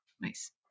Nice